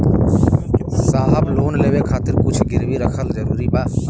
साहब लोन लेवे खातिर कुछ गिरवी रखल जरूरी बा?